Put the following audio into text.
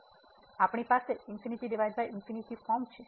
તેથી આપણી પાસે ∞∞ ફોર્મ છે